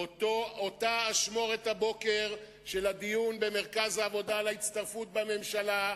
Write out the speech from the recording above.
באותה אשמורת הבוקר של הדיון במרכז העבודה על ההצטרפות לממשלה,